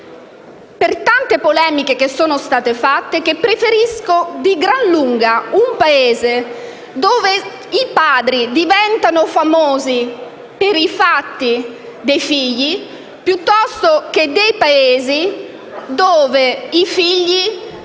le tante polemiche che sono state fatte, che preferisco di gran lunga un Paese dove i padri diventano famosi per i fatti dei figli ad uno dove i figli